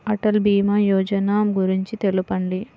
అటల్ భీమా యోజన గురించి తెలుపండి?